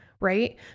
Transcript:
Right